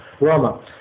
ROMA